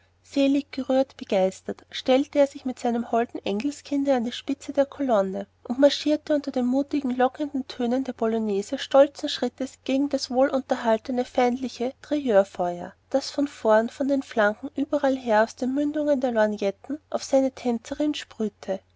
selig gerührt begeistert stellte er sich mit seinem holden engelskinde an die spitze der kolonne und marschierte unter den mutigen lockenden tönen der polonäse stolzen schrittes gegen das wohlunterhaltene feindliche tirailleurfeuer das von vorn von den flanken überallher aus den mündungen der lorgnetten auf seine tänzerin sprühte